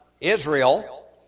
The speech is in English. Israel